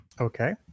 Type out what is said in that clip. Okay